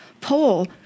poll